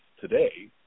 today